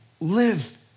live